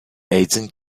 agent